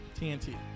TNT